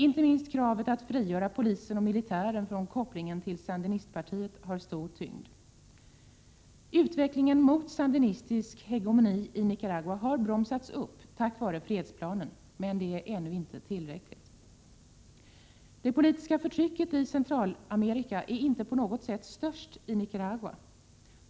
Inte minst kravet att frigöra polisen och militären från kopplingen till sandinistpartiet har stor tyngd. Utvecklingen mot sandinistisk hegemoni i Nicaragua har bromsats upp tack vare fredsplanen. Men det är inte tillräckligt. Det politiska förtrycket i Centralamerika är inte på något sätt störst i Nicaragua.